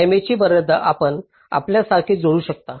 तर टाईमेची मर्यादा आपण यासारखेच जोडू शकता